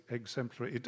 exemplary